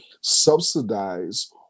subsidize